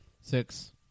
Six